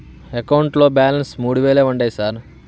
అకౌంట్లో బ్యాలన్స్ మూడు వేలే ఉన్నాయి సార్